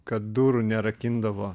kad durų nerakindavo